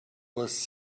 was